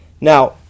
Now